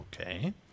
Okay